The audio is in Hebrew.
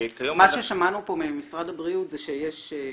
מה ששמענו פה ממשרד הבריאות זה שיש שינוי.